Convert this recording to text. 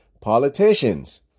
politicians